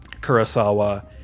Kurosawa